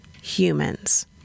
Humans